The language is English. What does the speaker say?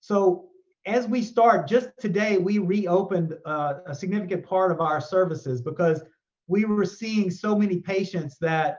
so as we start, just today we reopened a significant part of our services because we were seeing so many patients that